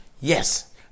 yes